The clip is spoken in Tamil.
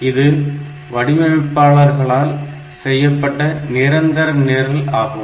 இது வடிவமைப்பாளர்களால் செய்யப்பட்ட நிரந்தர நிரல் ஆகும்